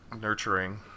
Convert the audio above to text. nurturing